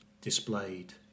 displayed